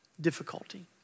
difficulty